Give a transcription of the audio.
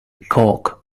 cock